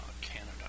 Canada